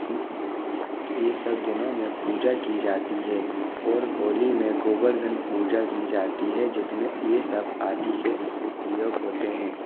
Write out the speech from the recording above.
ये सब दिनों में पूजा की जाती है और होली में गोवर्धन पूजा की जाती है जिसमें ये सब आदि के प्रयोग होते हैं